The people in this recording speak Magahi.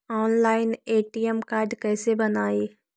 ऑनलाइन ए.टी.एम कार्ड कैसे बनाई?